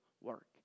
work